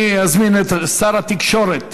אני מזמין את שר התקשורת